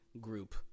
group